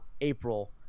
April